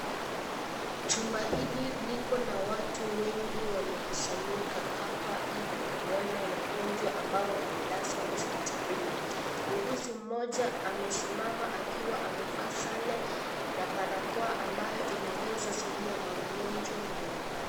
Chumba hili liko na watu wengi wemekusanyika hapa ili kuona wagonjwa ambao wamelazwa hospitalini. Muuguzi mmoja amesimama akiwa amevaa sare na barakoa ambayo inaweza zuia magonjwa mbalimbali.